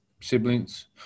siblings